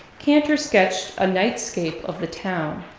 cantor sketched a nightscape of the town,